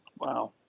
Wow